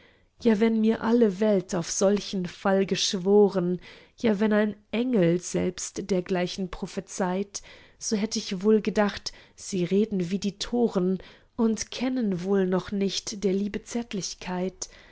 ja wenn mir alle welt auf solchen fall geschworen ja wenn ein engel selbst dergleichen prophezeit so hätt ich wohl gedacht sie reden wie die toren und kennen wohl noch nicht der liebe zärtlichkeit